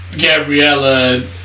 Gabriella